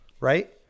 right